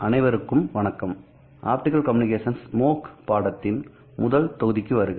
அனைவருக்கும் வணக்கம் optical communications MOOC பாடத்தின் இந்த முதல் தொகுதிக்கு வருக